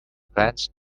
plans